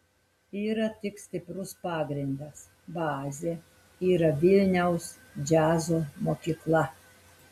yra tik stiprus pagrindas bazė yra vilniaus džiazo mokykla